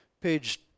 Page